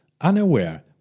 Unaware